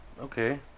okay